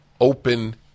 open